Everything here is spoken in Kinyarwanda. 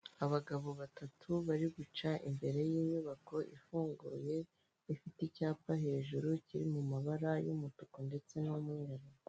Abagabo batatu bari guca imbere y'inyubako ifunguye ifite icyapa hejuru kiri mu mabara y'umutuku ndetse n'umweru.